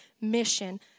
mission